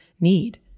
need